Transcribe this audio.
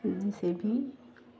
JCB